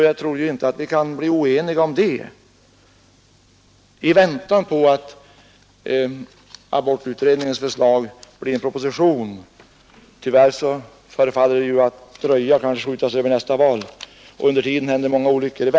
Jag tror alltså inte att vi kan bli oeniga på den punkten Ö Tyvärr förefaller det att dröja innan abortutredningens förslag föranleder någon proposition det kommer kanske att skjutas upp till efter nästa val, och under tiden händer många olyckliga saker.